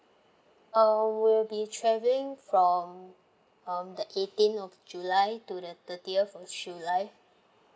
uh we'll be travelling from um the eighteenth of july to the thirtieth of july